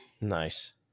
Nice